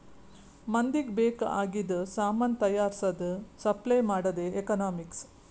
ಮಂದಿಗ್ ಬೇಕ್ ಆಗಿದು ಸಾಮಾನ್ ತೈಯಾರ್ಸದ್, ಸಪ್ಲೈ ಮಾಡದೆ ಎಕನಾಮಿಕ್ಸ್